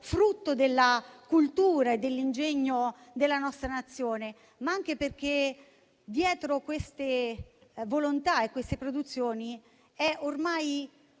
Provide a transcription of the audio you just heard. frutto della cultura e dell'ingegno della nostra Nazione, ma anche perché dietro queste volontà e produzioni è ormai